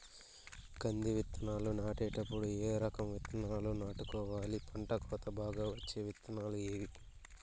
కంది విత్తనాలు నాటేటప్పుడు ఏ రకం విత్తనాలు నాటుకోవాలి, పంట కోత బాగా వచ్చే విత్తనాలు ఏవీ?